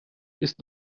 ist